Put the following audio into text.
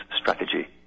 strategy